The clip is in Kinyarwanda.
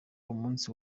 umunsi